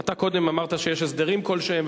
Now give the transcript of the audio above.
אתה קודם אמרת שיש הסדרים כלשהם,